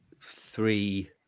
three